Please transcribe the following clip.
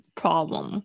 problem